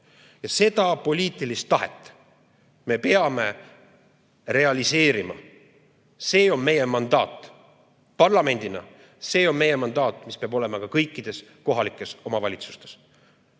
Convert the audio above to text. Ja seda poliitilist tahet me peame realiseerima. See on meie mandaat parlamendina. See on meie mandaat, mis peab olema ka kõikides kohalikes omavalitsustes.